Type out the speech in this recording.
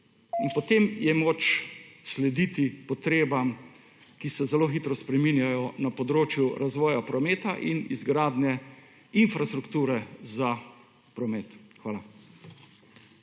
potem je moč slediti potrebam, ki se zelo hitro spreminjajo na področju razvoja prometa in izgradnje infrastrukture za promet. Hvala.